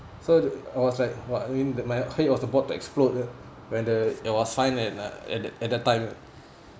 so I was like !wah! I mean my head was about to explode ah when the it was fine at uh at that at that time